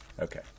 Okay